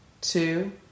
two